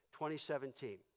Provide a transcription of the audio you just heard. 2017